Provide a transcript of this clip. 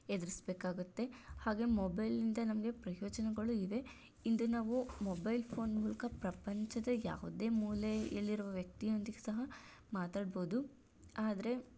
ಎದುರಿಸಬೇಕಾಗುತ್ತೆ ಹಾಗೆ ಮೊಬೆಲಿಂದ ನಮಗೆ ಪ್ರಯೋಜನಗಳು ಇವೆ ಇಂದು ನಾವು ಮೊಬೆಲ್ ಫೋನ್ ಮೂಲಕ ಪ್ರಪಂಚದ ಯಾವುದೇ ಮೂಲೆಯಲ್ಲಿರುವ ವ್ಯಕ್ತಿಯೊಂದಿಗೆ ಸಹ ಮಾತಾಡ್ಬೋದು ಆದರೆ